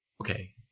Okay